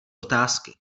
otázky